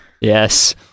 yes